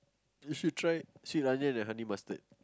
you should try sweet onion and honey mustard